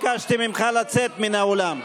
ביקשתי ממך לצאת מן האולם.